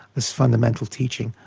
his fundamental teaching,